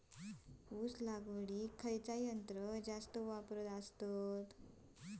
ऊस लावडीक खयचा यंत्र जास्त वापरतत?